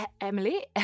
Emily